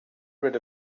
rid